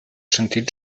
sentit